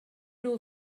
nhw